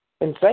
insane